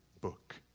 book